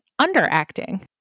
underacting